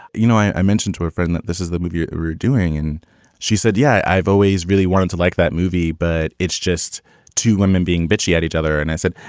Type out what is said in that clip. you know, i mentioned to a friend that this is the movie we're doing. and she said, yeah. i've always really wanted to like that movie, but it's just two women being bitchy at each other. and i said,